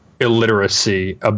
illiteracy